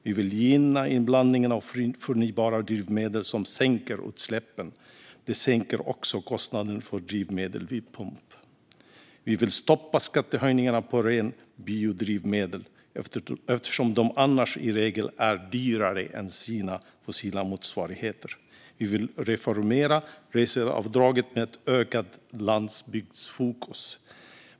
Vi vill gynna inblandningen av förnybara drivmedel, som sänker utsläppen. Den sänker också kostnaden för drivmedel vid pump. Vi vill stoppa skattehöjningen på rena biodrivmedel, eftersom de annars i regel är dyrare än sina fossila motsvarigheter. Vi vill reformera reseavdraget med ett ökat landsbygdsfokus.